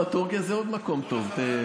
לא, טורקיה זה עוד מקום טוב.